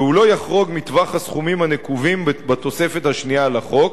ולא יחרוג מטווח הסכומים הנקובים בתוספת השנייה לחוק,